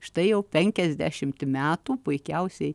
štai jau penkiasdešimt metų puikiausiai